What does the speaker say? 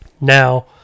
Now